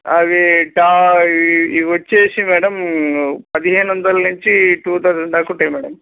అవి టా ఇవి వచ్చేసి మేడం పదిహేనుొందల నుంచి టూ థౌసండ్ దాకు ఉంటాయి మేడడం